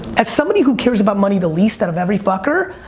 as somebody who cares about money the least out of every fucker,